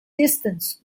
distance